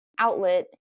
outlet